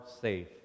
safe